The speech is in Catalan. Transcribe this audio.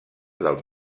del